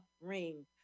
ring